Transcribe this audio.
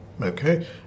okay